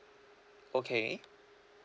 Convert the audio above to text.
okay